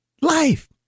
life